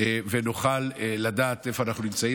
ונוכל לדעת איפה אנחנו נמצאים.